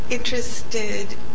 Interested